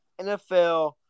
NFL